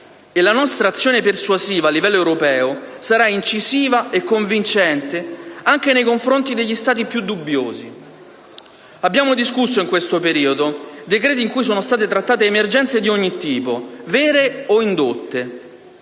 e la nostra azione persuasiva a livello europeo sarà incisiva e convincente, anche nei confronti degli Stati più dubbiosi. Abbiamo discusso, in questo periodo, decreti in cui sono state trattate emergenze di ogni tipo, vere o indotte: